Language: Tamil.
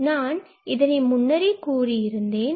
இதனை நான் முன்னரே கூறியிருந்தேன்